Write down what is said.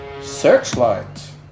Searchlight